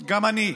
גם אני.